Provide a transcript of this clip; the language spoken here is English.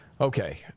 Okay